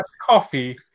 coffee